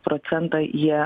procentą jie